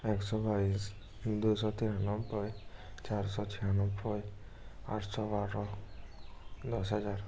একশো বাইশ দুশো তিরানব্বই চারশো ছিয়ানব্বই আটশো বারো দশ হাজার